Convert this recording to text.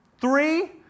three